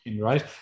right